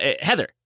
Heather